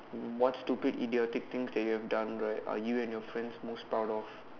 what stupid idiotic thing that you have done right are you and your friends most proud of